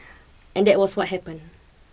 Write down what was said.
and that was what happened